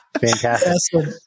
Fantastic